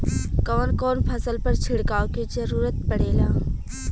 कवन कवन फसल पर छिड़काव के जरूरत पड़ेला?